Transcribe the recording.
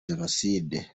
jenoside